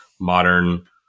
modern